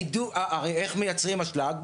הרי איך מייצרים אשלג?